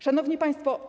Szanowni Państwo!